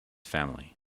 family